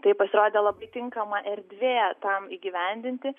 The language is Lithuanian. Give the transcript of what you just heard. tai pasirodė labai tinkama erdvė tam įgyvendinti